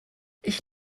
ich